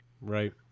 right